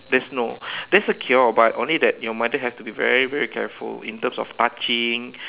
there's no there's a cure but only that your mother have to be very very careful in terms of touching